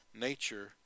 nature